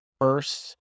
first